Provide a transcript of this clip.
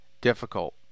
difficult